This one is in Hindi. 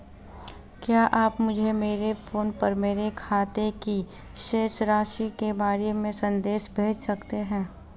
क्या आप मुझे मेरे फ़ोन पर मेरे खाते की शेष राशि के बारे में संदेश भेज सकते हैं?